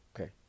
Okay